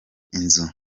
inzu